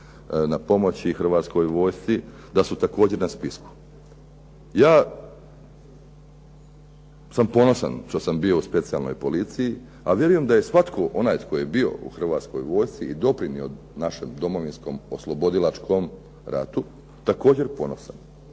na pomoći Hrvatskoj vojsci, da su također na spisku. Ja sam ponosan što sam bio u specijalnoj policiji a vjerujem da je svatko onaj tko je bio u Hrvatskoj vojsci i doprinio našem Domovinskom oslobodilačkom ratu, također ponosan.